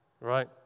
right